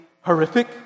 horrific